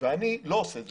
ואני לא עושה את זה.